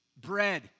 bread